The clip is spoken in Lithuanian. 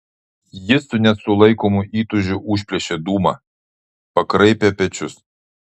jis su nesulaikomu įtūžiu užplėšė dūmą pakraipė pečius